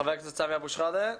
חבר הכנסת סמי אבו שחאדה.